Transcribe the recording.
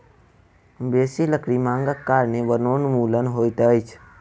बेसी लकड़ी मांगक कारणें वनोन्मूलन होइत अछि